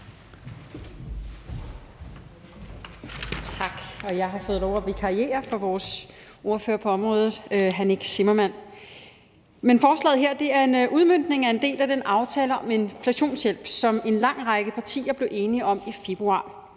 Tak. Jeg har fået lov at vikariere for vores ordfører på området, hr. Nick Zimmermann. Forslaget her er en udmøntning af en del af den aftale om inflationshjælp, som en lang række partier blev enige om i februar.